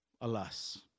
alas